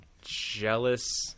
jealous